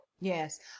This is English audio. yes